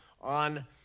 on